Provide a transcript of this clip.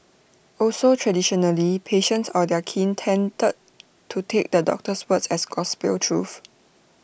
also traditionally patients or their kin tended to take the doctor's words as gospel truth